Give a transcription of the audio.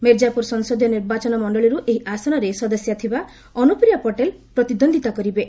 ମିର୍କାପୁର ସଂସଦୀୟ ନିର୍ବାଚନ ମଣ୍ଡଳୀରୁ ଏହି ଆସନରେ ସଦସ୍ୟା ଥିବା ଅନୁପ୍ରିୟା ପଟେଲ ପ୍ରତିଦ୍ୱନ୍ଦିତା କରିବେ